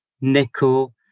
nickel